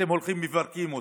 אתם הולכים ומפרקים אותו.